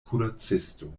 kuracisto